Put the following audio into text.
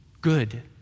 good